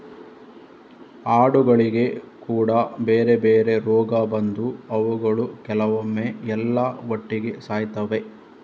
ಆಡುಗಳಿಗೆ ಕೂಡಾ ಬೇರೆ ಬೇರೆ ರೋಗ ಬಂದು ಅವುಗಳು ಕೆಲವೊಮ್ಮೆ ಎಲ್ಲಾ ಒಟ್ಟಿಗೆ ಸಾಯ್ತವೆ